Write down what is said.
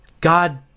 God